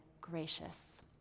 gracious